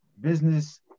business